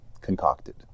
concocted